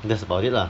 that's about it lah